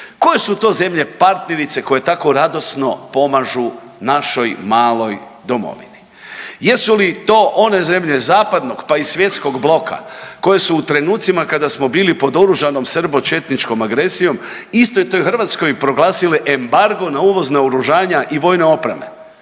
Koje su to zemlje partnerice koje tako radosno pomažu našoj maloj domovini? Jesu li to one zemlje zapadnog, pa i svjetskog bloka koje su u trenucima kada smo bili pod oružanom srbo-četničkom agresijom istoj toj Hrvatskoj proglasile embargo na uvoz naoružanja i vojne opreme?